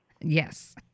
Yes